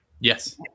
Yes